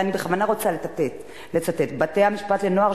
ואני בכוונה רוצה לצטט: בתי-המשפט לנוער